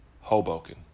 Hoboken